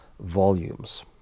volumes